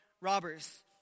robbers